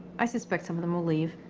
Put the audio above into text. i suspect some of them will leave.